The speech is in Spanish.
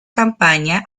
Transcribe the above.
campaña